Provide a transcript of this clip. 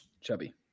Chubby